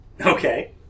Okay